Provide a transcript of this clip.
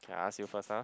okay I ask you first ah